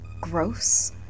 gross